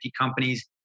companies